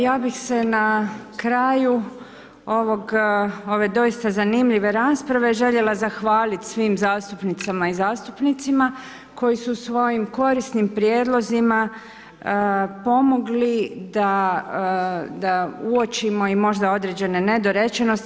Ja bih se na kraju ove doista zanimljive rasprave željela zahvalit svim zastupnicama i zastupnicima koji su svojim korisnim prijedlozima pomogli da uočimo i možda određene nedorečenosti.